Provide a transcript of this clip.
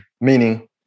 meaning